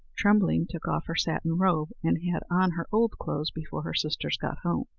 trembling took off her satin robe, and had on her old clothes before her sisters got home.